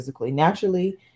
Naturally